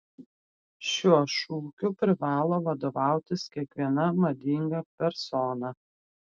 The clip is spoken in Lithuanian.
šiuo šūkiu privalo vadovautis kiekviena madinga persona